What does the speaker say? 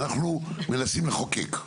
מנסים לחוקק,